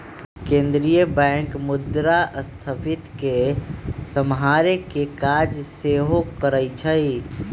केंद्रीय बैंक मुद्रास्फीति के सम्हारे के काज सेहो करइ छइ